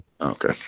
Okay